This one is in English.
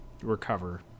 recover